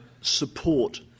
support